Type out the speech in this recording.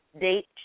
date